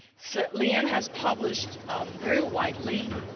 so lee ann has published very widely